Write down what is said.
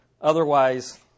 Otherwise